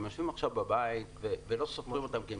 הם יושבים עכשיו בבית ולא סופרים אותם כי הם